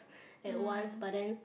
at once but then